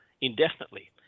indefinitely